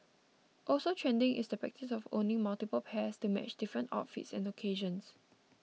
also trending is the practice of owning multiple pairs to match different outfits and occasions